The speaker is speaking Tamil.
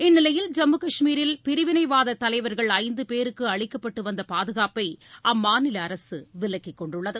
இந்நிலையில் ஐம்மு கஷ்மீரில் பிரிவினைவாத தலைவர்கள் ஐந்து பேருக்கு அளிக்கப்பட்டு வந்த பாதுகாப்பை அம்மாநில அரசு விலக்கிக் கொண்டுள்ளது